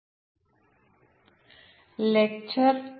ഈ സെഷനിലേക്ക് സ്വാഗതം